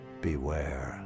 Beware